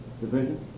division